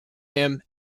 him